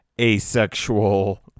asexual